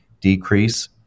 decrease